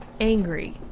angry